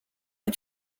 est